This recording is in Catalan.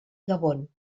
gabon